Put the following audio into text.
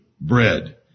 bread